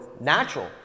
natural